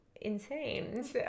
insane